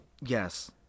Yes